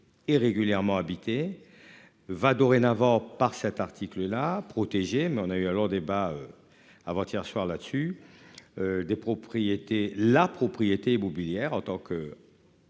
et régulièrement habiter va dorénavant par cet article là protégé mais on a eu un long débat. Avant-hier soir là dessus. Des propriétés la propriété immobilière en tant que.